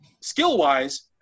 skill-wise